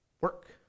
work